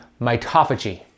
mitophagy